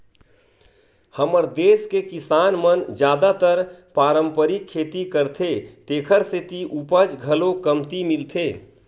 हमर देस के किसान मन जादातर पारंपरिक खेती करथे तेखर सेती उपज घलो कमती मिलथे